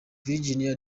virginia